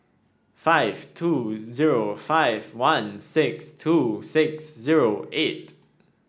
five two zero five one six two six zero eight